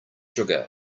sugar